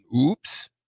Oops